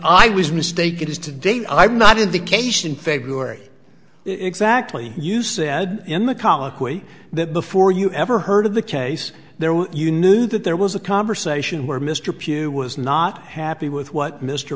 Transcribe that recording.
i was mistaken is today i'm not in the case in february exactly you said in the colloquy that before you ever heard of the case there were you knew that there was a conversation where mr pugh was not happy with what mr